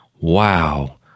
Wow